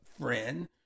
friend